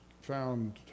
found